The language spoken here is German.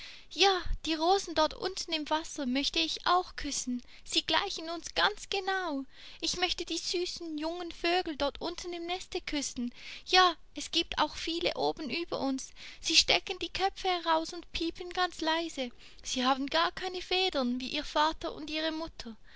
ja die rosen dort unten im wasser möchte ich auch küssen sie gleichen uns ganz genau ich möchte die süßen jungen vögel dort unten im neste küssen ja es giebt auch viele oben über uns sie stecken die köpfe heraus und piepen ganz leise sie haben gar keine federn wie ihr vater und ihre mutter